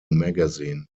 magazine